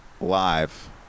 live